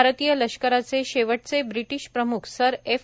भारतीय लष्कराचे शेवटचे ब्रिटिश प्रमुख सर एफ